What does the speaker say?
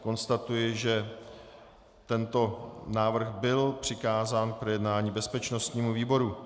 Konstatuji, že tento návrh byl přikázán k projednání bezpečnostnímu výboru.